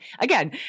Again